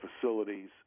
facilities